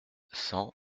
cent